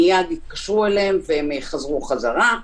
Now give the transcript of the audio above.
מייד התקשרו אליהם והם חזרו חזרה.